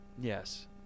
Yes